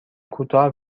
کوتاه